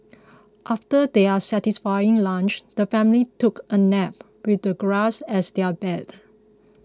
after their satisfying lunch the family took a nap with the grass as their bed